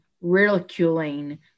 ridiculing